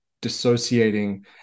dissociating